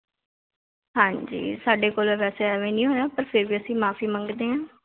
ਹਾਂਜੀ ਸਾਡੇ ਕੋਲੋਂ ਵੈਸੇ ਐਵੇਂ ਨਹੀਂ ਹੋਇਆ ਪਰ ਫਿਰ ਵੀ ਅਸੀਂ ਮਾਫੀ ਮੰਗਦੇ ਹਾਂ